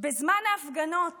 בזמן ההפגנות